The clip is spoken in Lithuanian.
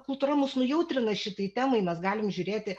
kultūra mūsų nujautrina šitai temai mes galim žiūrėti